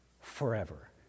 forever